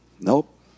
nope